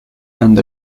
and